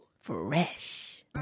Fresh